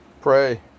pray